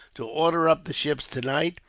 to order up the ships tonight,